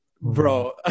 bro